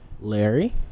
Larry